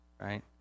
right